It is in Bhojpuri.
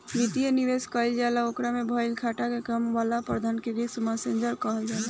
वित्तीय निवेश कईल जाला ओकरा में भईल घाटा के कम करे वाला प्रबंधन के रिस्क मैनजमेंट कहल जाला